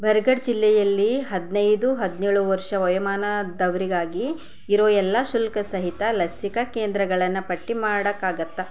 ಬರ್ಗಡ್ ಜಿಲ್ಲೆಯಲ್ಲಿ ಹದಿನೈದು ಹದ್ನೇಳು ವರ್ಷ ವಯೋಮಾನದವರಿಗಾಗಿ ಇರೋ ಎಲ್ಲ ಶುಲ್ಕಸಹಿತ ಲಸಿಕಾ ಕೇಂದ್ರಗಳನ್ನು ಪಟ್ಟಿ ಮಾಡೋಕ್ಕಾಗುತ್ತ